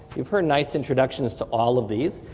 you've heard nice introductions to all of these,